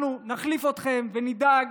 אנחנו נחליף אתכם ונדאג